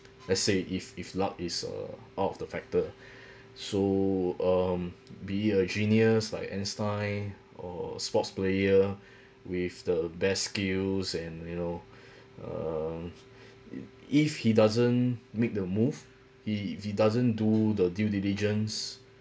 let's say if if luck is uh out of the factor so um be it a genius like einstein or sports player with the best skills and you know err if he doesn't make the move he if doesn't do the due diligence